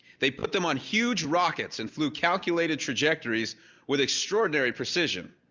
they put them on huge rockets and flew calculated trajectories with extraordinary precision.